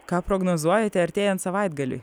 ką prognozuojate artėjant savaitgaliui